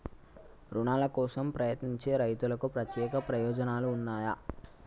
రుణాల కోసం ప్రయత్నించే రైతులకు ప్రత్యేక ప్రయోజనాలు ఉన్నయా?